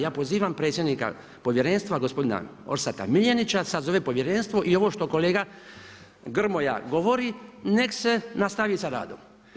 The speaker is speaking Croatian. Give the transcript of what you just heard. Ja pozivam predsjednika Povjerenstva gospodina Orsata Miljenića, da sazove Povjerenstvo i ovo što kolega Grmoja govori, nek' se nastavi sa radom.